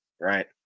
Right